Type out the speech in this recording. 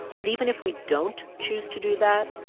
but even if we don't choose to do that,